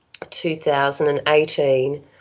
2018